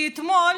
כי אתמול